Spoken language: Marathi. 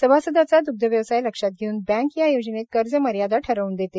सभासदाचा द्ग्धव्यवसाय लक्षात घेवून बँक या योजनेत कर्ज मर्यादा ठरवून देते